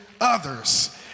others